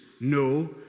no